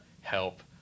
help